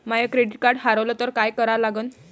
माय credit card हारवलं तर काय करा लागन?